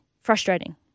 frustrating